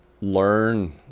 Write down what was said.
learn